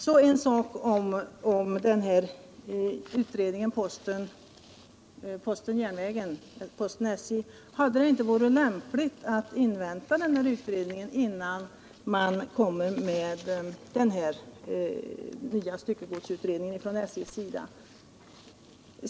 Så några ord om utredningen posten-SJ. Hade det inte varit lämpligt att invänta denna utredning, innan man kommer med den här nya styckegodsutredningen från SJ:s sida?